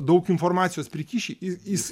daug informacijos prikiši jis